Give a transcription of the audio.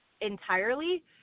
entirely